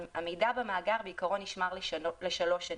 בעיקרון, המידע במאגר נשמר לשלוש שנים,